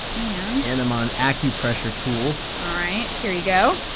and. and i'm on acupressure tool all right. here you go.